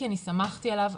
כי אני סמכתי עליו,